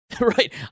Right